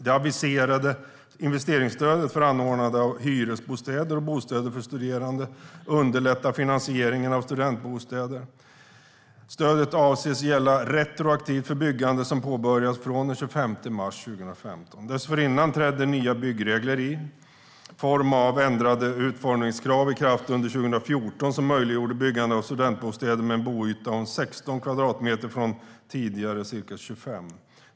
Det aviserade investeringsstödet för anordnande av hyresbostäder och bostäder för studerande underlättar finansieringen av studentbostäder. Stödet avses gälla retroaktivt för byggande som påbörjats från den 25 mars 2015. Dessförinnan trädde nya byggregler, i form av ändrade utformningskrav, i kraft under 2014, vilket möjliggjorde byggande av studentbostäder med en boyta om 16 kvadratmeter; tidigare var motsvarande siffra ca 25.